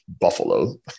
Buffalo